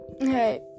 Hey